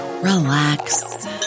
relax